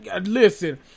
listen